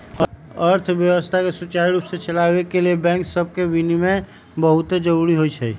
अर्थव्यवस्था के सुचारू रूप से चलाबे के लिए बैंक सभके विनियमन बहुते जरूरी होइ छइ